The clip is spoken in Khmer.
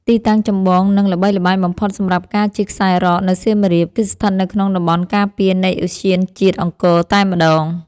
ទីតាំងចម្បង និងល្បីល្បាញបំផុតសម្រាប់ការជិះខ្សែរ៉កនៅសៀមរាប គឺស្ថិតនៅក្នុងតំបន់ការពារនៃឧទ្យានជាតិអង្គរតែម្ដង។